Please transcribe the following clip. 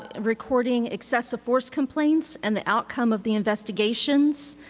ah recording excessive force complaints and the outcome of the investigations,